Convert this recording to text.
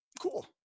cool